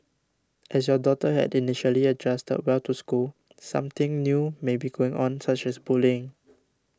as your daughter had initially adjusted well to school something new may be going on such as bullying